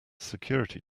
security